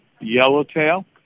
yellowtail